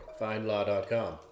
findlaw.com